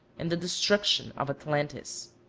and the destruction of atlantis.